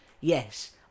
yes